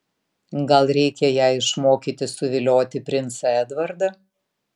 gal reikia ją išmokyti suvilioti princą edvardą